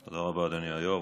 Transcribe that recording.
תודה רבה, אדוני היו"ר.